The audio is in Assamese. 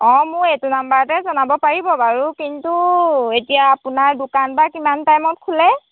অঁ মোৰ এইটো নাম্বাৰতে জনাব পাৰিব বাৰু কিন্তু এতিয়া আপোনাৰ দোকান বা কিমান টাইমত খোলে